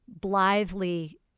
blithely